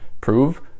prove